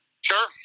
Sure